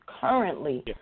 currently